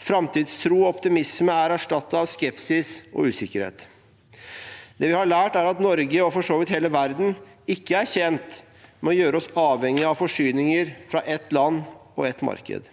Framtidstro og optimisme er erstattet av skepsis og usikkerhet. Det vi har lært, er at Norge, og for så vidt hele verden, ikke er tjent med å gjøre seg avhengig av forsyninger fra ett land og ett marked.